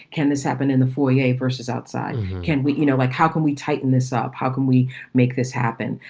can this happen in the foyer versus outside? can we, you know, like how can we tighten this up? how can we make this happen?